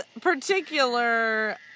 particular